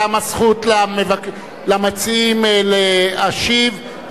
קמה זכות למציעים להשיב,